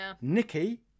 Nikki